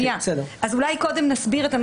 אולי קודם נסביר.